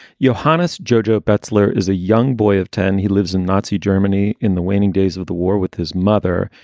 yohannes joe-joe butler is a young boy of ten. he lives in nazi germany in the waning days of the war with his mother.